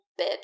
bitch